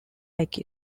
like